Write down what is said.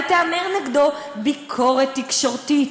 חס וחלילה תיאמר נגדו ביקורת תקשורתית,